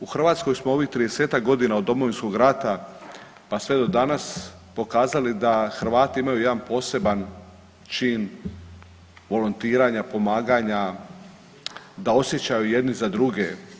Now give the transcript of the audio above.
U Hrvatskoj smo u ovih 30-ak godina od Domovinskog rata pa sve do danas pokazali da Hrvati imaju jedan poseban čin volontiranja, pomaganja, da osjećaju jedni za druge.